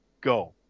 go